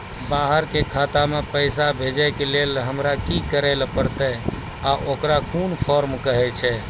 बाहर के खाता मे पैसा भेजै के लेल हमरा की करै ला परतै आ ओकरा कुन फॉर्म कहैय छै?